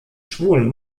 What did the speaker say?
schwulen